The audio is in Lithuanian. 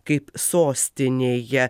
kaip sostinėje